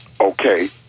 okay